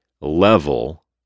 level